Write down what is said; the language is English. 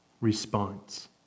response